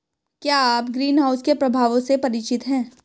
क्या आप ग्रीनहाउस के प्रभावों से परिचित हैं?